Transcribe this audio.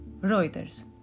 Reuters